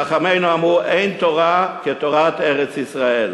חכמינו אמרו: "אין תורה כתורת ארץ-ישראל".